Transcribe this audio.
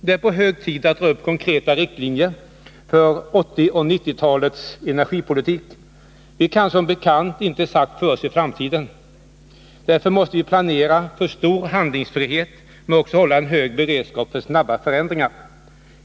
Det är hög tid att dra upp konkreta riktlinjer för 1980 och 1990-talens energipolitik. Vi kan som bekant inte exakt förutse framtiden. Därför måste vi planera för stor handlingsfrihet men också hålla en hög beredskap för snabba förändringar.